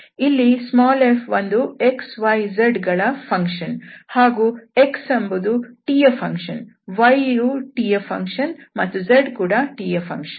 ಇಲ್ಲಿ f ಒಂದು x y ಮತ್ತು z ಗಳ ಫಂಕ್ಷನ್ ಹಾಗೂ x ಎಂಬುದು t ಯ ಫಂಕ್ಷನ್ y ಯು t ಯ ಫಂಕ್ಷನ್ ಮತ್ತು z ಕೂಡ t ಯ ಫಂಕ್ಷನ್